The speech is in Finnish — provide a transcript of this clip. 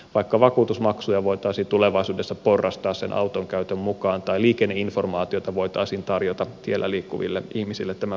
vaikkapa vakuutusmaksuja voitaisiin tulevaisuudessa porrastaa sen auton käytön mukaan tai liikenneinformaatiota voitaisiin tarjota tiellä liikkuville ihmisille tämän päätelaitteen kautta